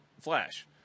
Flash